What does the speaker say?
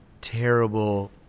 terrible